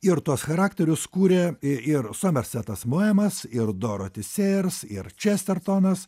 ir tuos charakterius kūrė i ir somersetas muemas ir doroti sėrs ir čestertonas